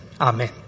Amen